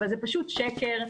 אבל זה פשוט שקר.